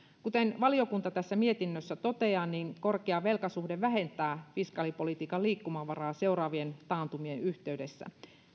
kuten valiokunta mietinnössään toteaa korkea velkasuhde vähentää fiskaalipolitiikan liikkumavaraa seuraavien taantumien yhteydessä